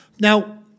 Now